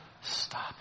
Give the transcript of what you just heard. stop